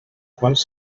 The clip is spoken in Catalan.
quals